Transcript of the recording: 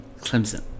Clemson